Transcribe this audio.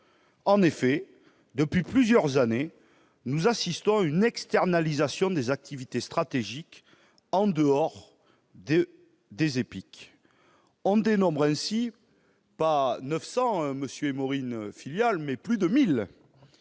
En effet, depuis plusieurs années, nous assistons à une externalisation des activités stratégiques en dehors de l'EPIC. On dénombre ainsi, non pas 900 filiales, monsieur Émorine, mais plus de 1 000